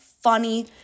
funny